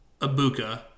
Abuka